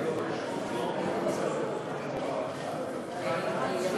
חוק התכנון והבנייה (תיקון מס'